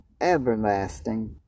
everlasting